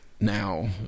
now